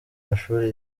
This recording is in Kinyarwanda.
mashuri